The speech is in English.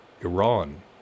Iran